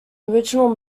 original